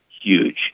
huge